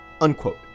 Unquote